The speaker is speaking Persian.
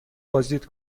بازدید